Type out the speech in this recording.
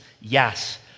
yes